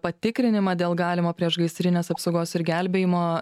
patikrinimą dėl galimo priešgaisrinės apsaugos ir gelbėjimo